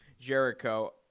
Jericho